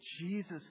Jesus